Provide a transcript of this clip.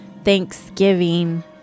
thanksgiving